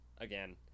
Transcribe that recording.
again